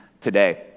today